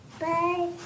Bye